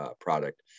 product